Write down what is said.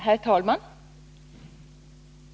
Herr talman!